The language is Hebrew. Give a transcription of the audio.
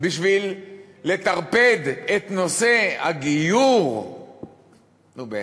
בשביל לטרפד את נושא הגיור, נו באמת.